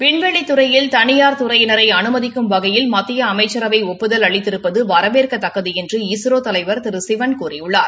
விண்வெளித் துறையில் தனியார் துறையினரை அனுமதிக்கும் வகையில் மத்திய அமைச்சரவை ஒப்புதல் அளித்திருப்பது வரவேற்கத்தக்கது என்று இஸ்ரோ தலைவர் திரு சிவன் கூறியுள்ளார்